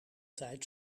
tijd